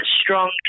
strong